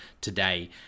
today